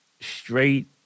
straight